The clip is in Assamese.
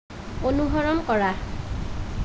অনুসৰণ কৰা